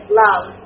love